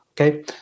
Okay